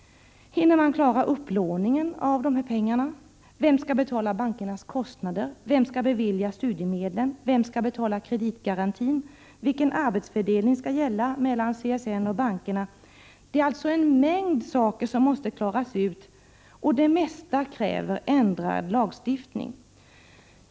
Hinner man klara upplåningen av pengarna? Vem skall betala bankernas kostnader? Vem skall bevilja studiemedlen? Vem skall betala kreditgarantin? Vilken arbetsfördelning skall gälla mellan CSN och bankerna? Det är alltså en mängd saker som måste klaras ut, och det mesta kräver ändrad lagstiftning.